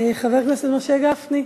חבר הכנסת משה גפני,